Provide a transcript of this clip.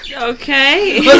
Okay